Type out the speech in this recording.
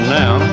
now